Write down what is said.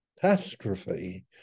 catastrophe